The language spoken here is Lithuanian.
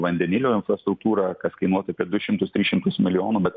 vandenilio infrastruktūrą kas kainuotų apie du šimtus tris šimtus milijonų bet